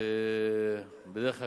בדרך כלל,